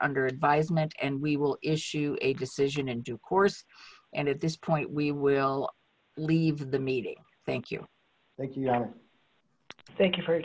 under advisement and we will issue a decision in due course and at this point we will leave the meeting thank you thank you thank you for